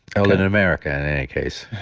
and in in america and in any case